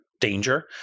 danger